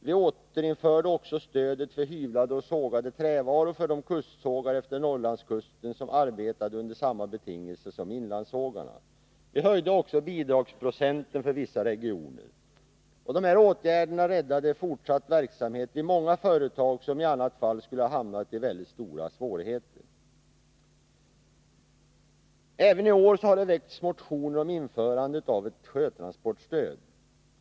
Vi återinförde också stödet för hyvlade och sågade trävaror för de kustsågar efter Norrlandskusten som arbetade under samma betingelser som inlandssågarna. Vi höjde också bidragsprocenten för vissa regioner. De här åtgärderna räddade fortsatt verksamhet vid många företag, som i annat fall skulle ha hamnat i väldigt stora svårigheter. Även i år har det väckts motioner om införande av ett sjötransportstöd.